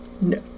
no